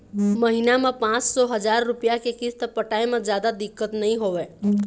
महिना म पाँच सौ, हजार रूपिया के किस्त पटाए म जादा दिक्कत नइ होवय